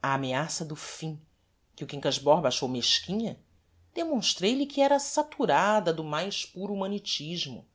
a ameaça do fim que o quincas borba achou mesquinha demonstrei lhe que era saturada do mais puro humanitismo